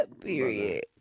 Period